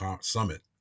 summit